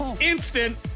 Instant